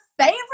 favorite